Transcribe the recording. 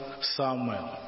Samuel